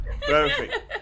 Perfect